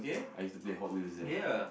I used to play Hot-Wheels there